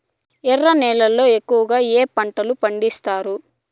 ఎర్ర నేలల్లో ఎక్కువగా ఏ పంటలు పండిస్తారు